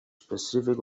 specific